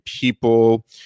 people